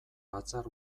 batzar